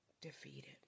defeated